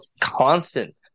constant